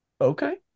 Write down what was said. Okay